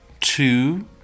two